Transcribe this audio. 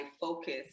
focus